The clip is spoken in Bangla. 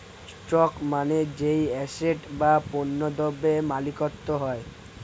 স্টক মানে যেই অ্যাসেট বা পণ্য দ্রব্যের মালিকত্ব হয়